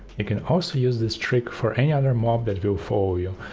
you can also use this trick for any other mob that will follow you,